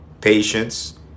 patience